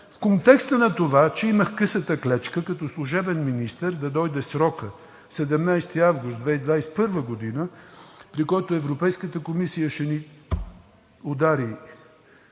В контекста на това, че имах „късата клечка“ като служебен министър да дойде срокът 17 август 2021 г., при който Европейската комисия ще ни удари